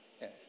Yes